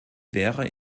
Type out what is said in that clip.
wäre